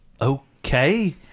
Okay